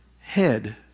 head